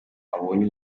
abonye